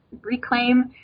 reclaim